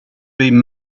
been